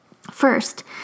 First